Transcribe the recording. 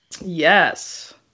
yes